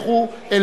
העבודה והרווחה.